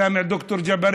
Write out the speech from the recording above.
סמע ד"ר ג'בארין,